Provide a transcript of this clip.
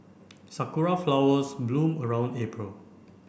Sakura flowers bloom around April